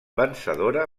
vencedora